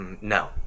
no